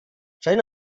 charly